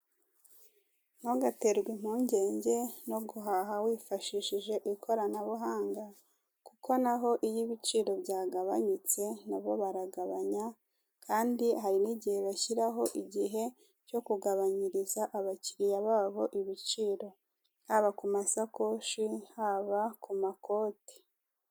Ntugaterwe impungenge no guhaha wifashishije ikoranabuhanga kuko na ho iyo ibiciro byagabanutse na bo baragabanya, kandi hari n'igihe bashyiraho igihe cyo kugabanyiriza abakiriya babo ibiciro haba ku masakoshi, haba ku makoti.